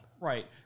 Right